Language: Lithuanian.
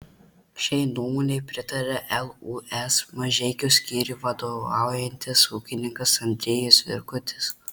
šiai nuomonei pritaria lūs mažeikių skyriui vadovaujantis ūkininkas andriejus virkutis